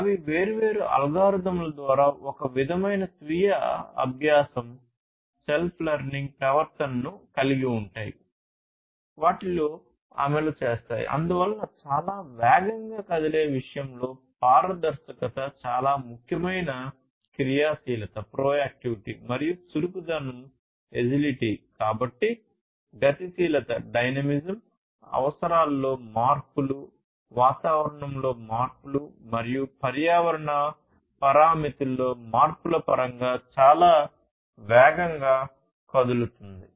అవి వేర్వేరు అల్గోరిథంల ద్వారా ఒక విధమైన స్వీయ అభ్యాస అవసరాలలో మార్పులు వాతావరణంలో మార్పులు మరియు పర్యావరణ పారామితులలో మార్పుల పరంగా చాలా వేగంగా కదులుతుంది